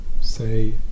say